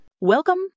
Welcome